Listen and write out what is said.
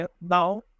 now